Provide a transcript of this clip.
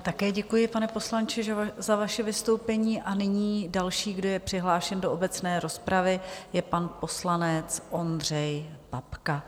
Také děkuji, pane poslanče, za vaše vystoupení a nyní další, kdo je přihlášen do obecné rozpravy, je pan poslanec Ondřej Babka.